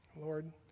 Lord